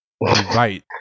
invite